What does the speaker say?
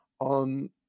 on